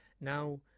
Now